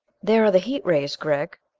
there are the heat rays, gregg.